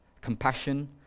compassion